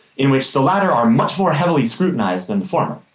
in which the latter are much more heavily scrutinized than the former.